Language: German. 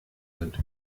sind